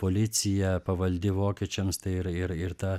policija pavaldi vokiečiams tai ir ir ir ta